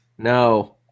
No